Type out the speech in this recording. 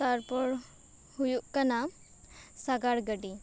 ᱛᱟᱨᱯᱚᱨ ᱦᱩᱭᱩᱜ ᱠᱟᱱᱟ ᱥᱟᱜᱟᱲ ᱜᱟᱹᱰᱤ